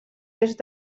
est